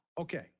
Okay